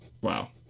Wow